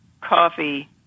coffee